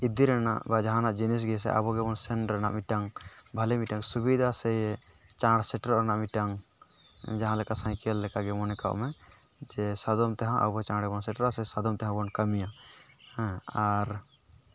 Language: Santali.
ᱤᱫᱤ ᱨᱮᱱᱟᱜ ᱵᱟ ᱡᱟᱦᱟᱱᱟᱜ ᱡᱤᱱᱤᱥᱜᱮ ᱥᱮ ᱟᱵᱚ ᱜᱮᱵᱚᱱ ᱥᱮᱱ ᱨᱮᱱᱟᱜ ᱢᱤᱫᱴᱟᱝ ᱵᱷᱟᱞᱮ ᱢᱤᱫᱴᱟᱝ ᱥᱩᱵᱤᱫᱟ ᱥᱮ ᱪᱟᱬ ᱥᱮᱴᱮᱨᱚᱜ ᱨᱮᱱᱟᱜ ᱢᱤᱫᱴᱟᱝ ᱡᱟᱦᱟᱸᱞᱮᱠᱟ ᱥᱟᱭᱠᱮᱞ ᱞᱮᱠᱟᱜᱮ ᱢᱚᱱᱮ ᱠᱟᱜᱢᱮ ᱡᱮ ᱥᱟᱫᱚᱢ ᱛᱮᱦᱚᱸ ᱟᱵᱚ ᱪᱟᱬᱵᱚᱱ ᱥᱮᱴᱮᱨᱟ ᱥᱮ ᱥᱟᱫᱚᱢ ᱛᱮᱦᱚᱸᱵᱚᱱ ᱠᱟᱹᱢᱤᱭᱟ ᱟᱨ